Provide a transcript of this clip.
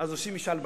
אז עושים משאל בעם,